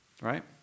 Right